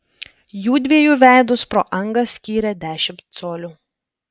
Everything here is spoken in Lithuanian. jųdviejų veidus pro angą skyrė dešimt colių